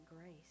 grace